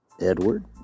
Edward